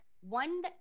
one